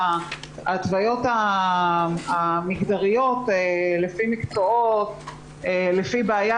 ההתוויות המגדריות לפי מקצועות ולפי מגדר,